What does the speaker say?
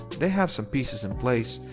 they have some pieces in place.